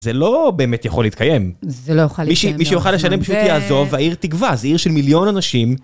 זה לא באמת יכול להתקיים. זה לא יכול להתקיים. מישהו יוכל לשלם, פשוט יעזוב, והעיר תגווע, זו עיר של מיליון אנשים.